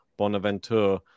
bonaventure